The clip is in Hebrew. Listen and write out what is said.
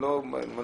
אני